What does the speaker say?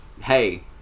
Hey